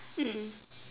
mm